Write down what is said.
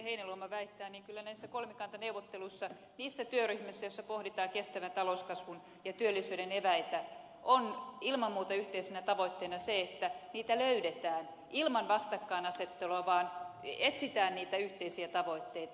heinäluoma väittää niin kyllä näissä kolmikantaneuvotteluissa niissä työryhmissä joissa pohditaan kestävän talouskasvun ja työllisyyden eväitä on ilman muuta yhteisenä tavoitteena se että niitä löydetään ilman vastakkainasettelua etsitään niitä yhteisiä tavoitteita